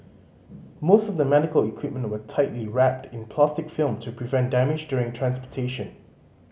most of the medical equipment were tightly wrapped in plastic film to prevent damage during transportation